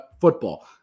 football